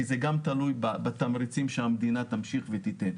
כי זה גם תלוי בתמריצים שהמדינה תמשיך ותתן.